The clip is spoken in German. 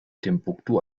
timbuktu